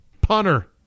punter